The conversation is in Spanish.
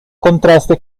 contraste